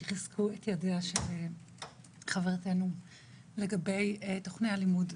שחיזקו את ידיה של חברתנו לגבי תכני הלימוד.